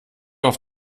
auf